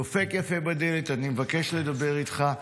דופק יפה בדלת: אני מבקש לדבר איתך,